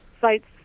sites